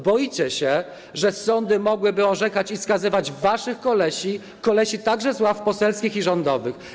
Boicie się, że sądy mogłyby orzekać i skazywać waszych kolesi, kolesi także z ław poselskich i rządowych.